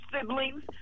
siblings